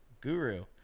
Guru